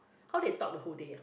how they talk the whole day ah